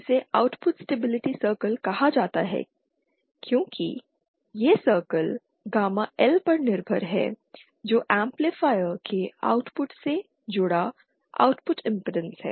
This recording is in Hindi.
इसे आउटपुट स्टेबिलिटी सर्कल कहा जाता है क्योंकि यहां सर्कल गामा L पर निर्भर है जो एम्पलीफायर के आउटपुट से जुड़ा आउटपुट इम्पीडेन्स है